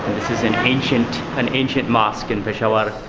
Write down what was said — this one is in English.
this is an ancient an ancient mosque in peshawar.